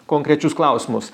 konkrečius klausimus